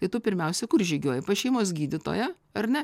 tai tu pirmiausia kur žygiuoji pas šeimos gydytoją ar ne